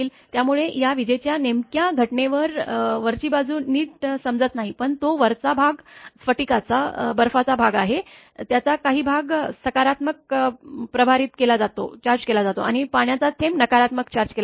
त्यामुळे या विजेच्या नेमक्या घटनेवर वरची बाजू नीट समजत नाही पण तो वरचा भाग स्फटिकाचा बर्फाचा भाग आहे त्याचा काही भाग सकारात्मक प्रभारित केला जातो आणि पाण्याचा थेंब नकारात्मक चार्ज केला जातो